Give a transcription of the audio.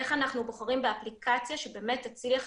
איך אנחנו בוחרים באפליקציה שבאמת תצליח,